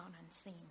unseen